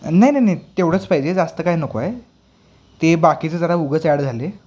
नाही नाही नाही तेवढंच पाहिजे जास्त काय नको आहे ते बाकीचं जरा उगाच ॲड झालं आहे